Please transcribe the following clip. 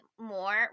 more